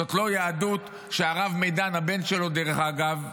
זאת לא יהדות שהרב מדן, הבן שלו, דרך אגב,